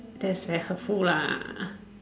as a helpful lah